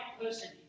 person